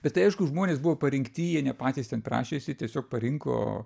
bet tai aišku žmonės buvo parinkti jie ne patys ten prašėsi tiesiog parinko